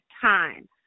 time